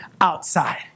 outside